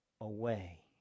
away